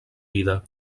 vida